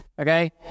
Okay